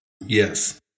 Yes